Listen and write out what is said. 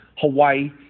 Hawaii